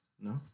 no